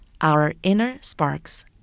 ourinnersparks